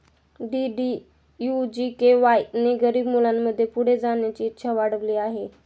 DDU GKY ने गरीब मुलांमध्ये पुढे जाण्याची इच्छा वाढविली आहे